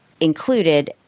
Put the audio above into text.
included